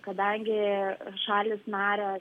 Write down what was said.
kadangi šalys narės